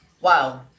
wow